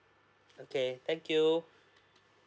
okay thank you